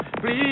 please